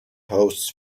hosts